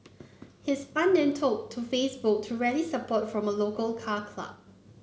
his aunt then took to Facebook to rally support from a local car club